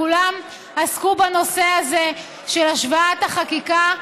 כולם עסקו בנושא הזה של השוואת החקיקה,